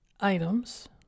items